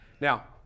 now